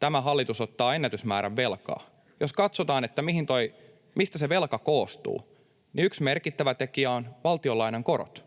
tämä hallitus ottaa ennätysmäärän velkaa. Jos katsotaan, mistä se velka koostuu, niin yksi merkittävä tekijä on valtionlainan korot.